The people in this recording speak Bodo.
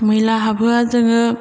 मैला हाबहोआ जोङो